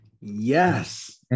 Yes